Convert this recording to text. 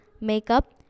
makeup